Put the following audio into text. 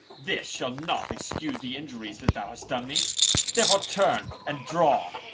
this shall not excuse the injuries that thou hast done me therefore turn and draw.